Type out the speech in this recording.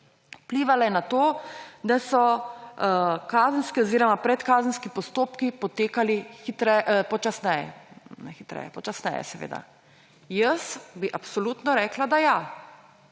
vplivale na to, da so kazenski oziroma predkazenski postopki potekali počasneje. Jaz bi absolutno rekla, da ja.